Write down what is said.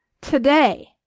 today